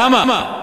כמה?